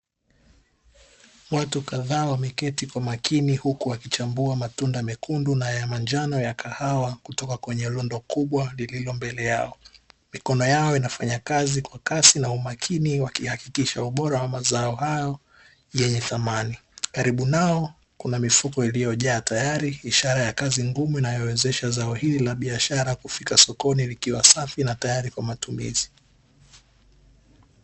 Watu kadhaa wameketi kwa makini huku wakichambua matunda mekundu na ya manjano ya kahawa kutoka kwenye rundo kubwa lilio mbele yao, mikono yao inafanya kazi kwa kasi na umakini wakihakikisha ubora wa mazao hayo yenye thamani. Karibu nao kuna mifuko iliyojaa tayari ishara ya kazi ngumu inayowezesha zao hili la biashara kufika sokoni likiwa safi na tayari kwa matumizi.